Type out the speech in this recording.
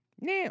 Now